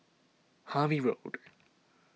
Harvey Road